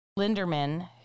Linderman